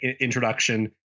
introduction